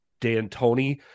d'antoni